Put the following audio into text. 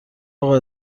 اقا